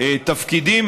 התפקידים,